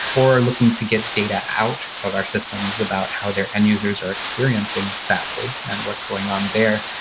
or looking to get data out of our systems about how their end-users are experiencing fastly and what's going on there.